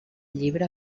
llibre